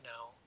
now